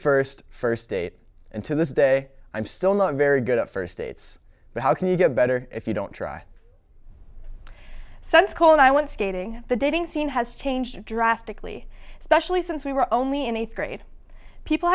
first first date and to this day i'm still not very good at first dates but how can you get better if you don't try some school and i went skating the dating scene has changed drastically especially since we were only in eighth grade people